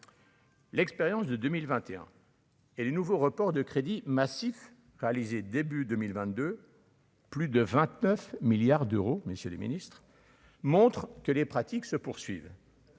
L'expérience de 2021. Et les nouveaux reports de crédits massifs réalisés début 2022. Plus de 29 milliards d'euros, messieurs les Ministres, montre que les pratiques se poursuivent.